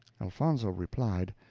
elfonzo replied,